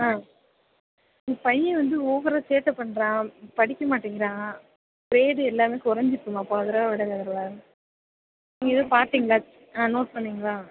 உங்கள் பையன் வந்து ஓவரா சேட்டைப் பண்ணுறான் படிக்க மாட்டிங்கிறான் கிரேடு எல்லாமே குறைஞ்சுச்சி போன தடவை விட இந்தத் தடவை நீங்கள் எதுவும் பார்த்தீங்களா நோட் பண்ணீங்களா